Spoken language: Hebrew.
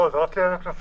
לא, זה רק לעניין הקנסות.